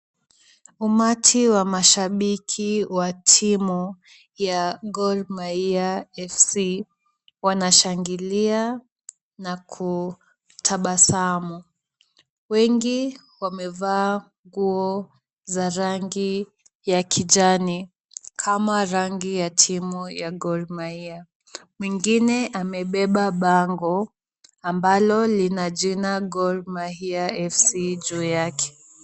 Umati wa mashabiki wa timu ya Gormahia FC wanashangilia na kutabasamu. Wengi wamevaa nguo za rangi ya kijani kama rangi ya timu ya Gormahia. Mwengine amebeba bango ambalo lina jina Gormahia FC juu yake.